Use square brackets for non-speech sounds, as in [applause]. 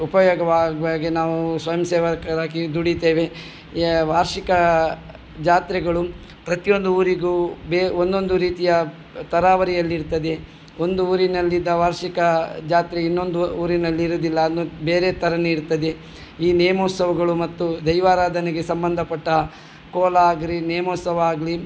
ಉಪಯೋಗವಾಗು ಹಾಗೆ ನಾವು ಸ್ವಯಂ ಸೇವಕರಾಗಿ ದುಡಿತೇವೆ ಯಾ ವಾರ್ಷಿಕ ಜಾತ್ರೆಗಳು ಪ್ರತಿಯೊಂದು ಊರಿಗೂ ಬೆ ಒಂದೊಂದು ರೀತಿಯ ತರಹೇವರಿಯಲ್ಲಿರ್ತದೆ ಒಂದು ಊರಿನಲ್ಲಿದ್ದ ವಾರ್ಷಿಕ ಜಾತ್ರೆ ಇನ್ನೊಂದು ಊರಿನಲ್ಲಿ ಇರೋದಿಲ್ಲ [unintelligible] ಬೇರೆ ಥರನೇ ಇರ್ತದೆ ಈ ನೇಮೋತ್ಸವಗಳು ಮತ್ತು ದೈವರಾಧನೆಗೆ ಸಂಬಂಧ ಪಟ್ಟ ಕೋಲ ಆಗಲಿ ನೇಮೋತ್ಸವ ಆಗಲಿ